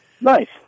Nice